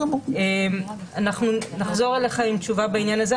אנחנו נחזור אליך עם תשובה בעניין הזה.